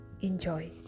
Enjoy